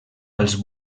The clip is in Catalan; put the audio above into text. als